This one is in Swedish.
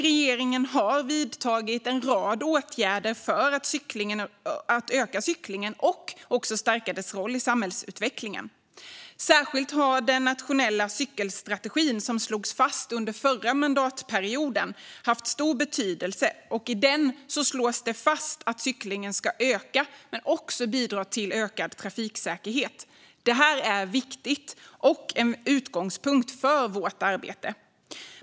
Regeringen har vidtagit en rad åtgärder för att öka cyklingen och stärka dess roll i samhällsutvecklingen. Särskilt den nationella cykelstrategin, som slogs fast under förra mandatperioden, har haft stor betydelse. I den slås det fast att cyklingen ska öka, men man ska också bidra till ökad trafiksäkerhet. Det här är viktigt och en utgångspunkt för vårt arbete.